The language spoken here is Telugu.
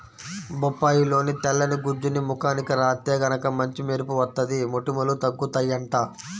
బొప్పాయిలోని తెల్లని గుజ్జుని ముఖానికి రాత్తే గనక మంచి మెరుపు వత్తది, మొటిమలూ తగ్గుతయ్యంట